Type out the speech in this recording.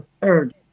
third